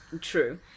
true